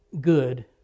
good